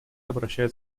обращают